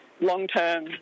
long-term